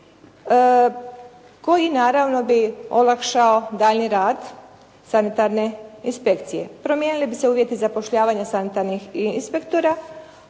koji naravno bi olakšao daljnji rad sanitarne inspekcije. Promijenili bi se uvjeti zapošljavanja sanitarnih ili inspektora,